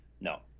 No